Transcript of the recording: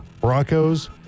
Broncos